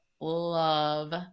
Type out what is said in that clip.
love